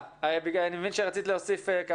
אני קורא להם כל